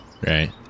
Right